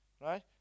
right